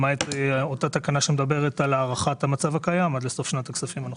למעט אותה תקנה שמדברת על הארכת המצב הקיים עד לסוף שנת הכספים הנוכחית.